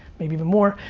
maybe even more.